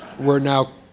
were now,